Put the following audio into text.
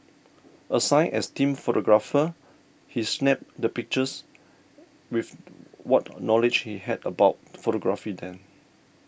assigned as team photographer he snapped the pictures with what knowledge he had about photography then